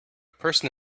person